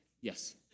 yes